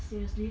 seriously